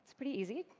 so pretty easy.